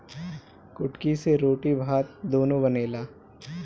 कुटकी से रोटी भात दूनो बनेला